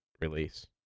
Release